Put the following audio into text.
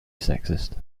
sexist